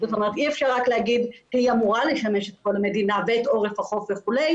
אי אפשר רק להגיד שהיא אמורה לשמש את כל המדינה ואת עורף החוף וכו',